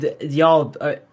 y'all